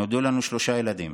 נולדו לנו שלושה ילדים,